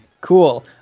Cool